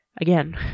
Again